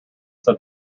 said